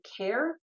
care